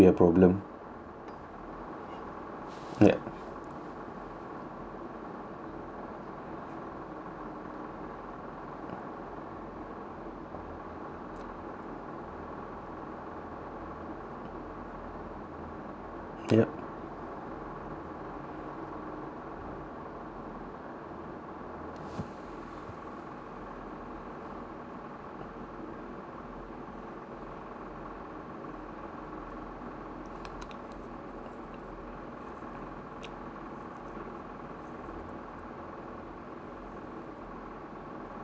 ya ya